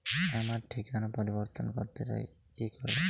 আমার ঠিকানা পরিবর্তন করতে চাই কী করব?